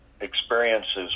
experiences